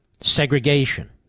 Segregation